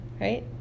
right